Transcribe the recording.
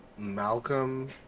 Malcolm